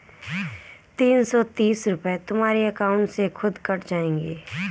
तीन सौ तीस रूपए तुम्हारे अकाउंट से खुद कट जाएंगे